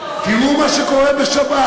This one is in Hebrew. תראו מה שקורה בשבת.